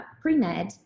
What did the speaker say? pre-med